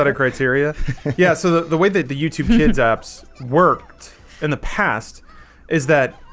but criteria yeah, so the the way that the youtube heon's apps worked in the past is that?